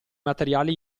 materiale